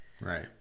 Right